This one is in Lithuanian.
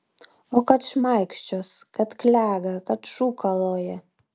o kad šmaikščios kad klega kad šūkaloja